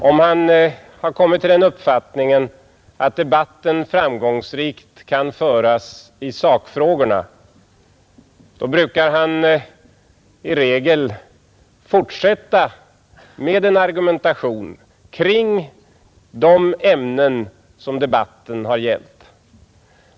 Om han har kommit till den uppfattningen att debatten i sakfrågorna kan föras framgångsrikt, så brukar han i regel fortsätta med en argumentation kring de ämnen som debatten har gällt.